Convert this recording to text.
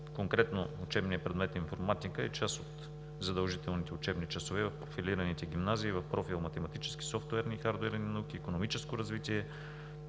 Конкретно учебният предмет „Информатика“ е част от задължителните учебни часове в профилираните гимназии – в профил „Математически, софтуерни и хардуерни науки“, „Икономическо развитие“